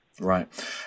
Right